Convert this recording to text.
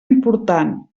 important